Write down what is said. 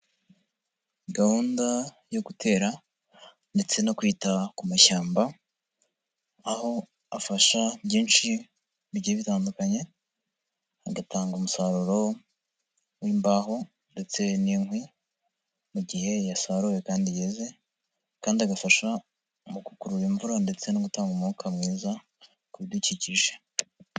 Gahunda yo gutera ndetse no kwita ku mashyamba, aho afasha byinshi bigiye bitandukanye, agatanga umusaruro w'imbaho ndetse n'inkwi mu gihe yasaruwe kandi yeze kandi agafasha mu gukurura imvura ndetse no gutanga umwuka mwiza ku bidukikije.